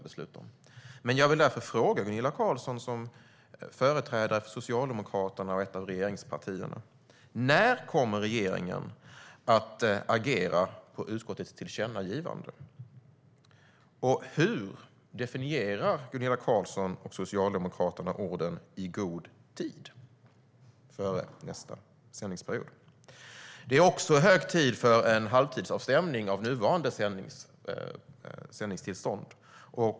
Det är också hög tid för en halvtidsavstämning av nuvarande sändningstillstånd.